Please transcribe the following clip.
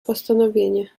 postanowienie